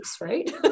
right